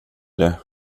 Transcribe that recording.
det